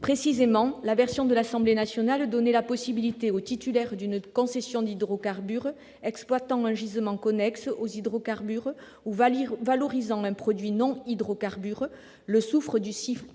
issue des travaux de l'Assemblée nationale donnait la possibilité aux titulaires d'une concession d'hydrocarbures exploitant un gisement connexe aux hydrocarbures, ou valorisant un produit non hydrocarbure- le soufre du site